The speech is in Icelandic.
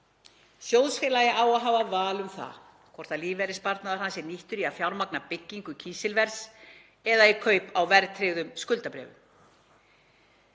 Sjóðfélagi á að hafa val um það hvort lífeyrissparnaður hans er nýttur í að fjármagna byggingu kísilvers eða í kaup á verðtryggðum skuldabréfum.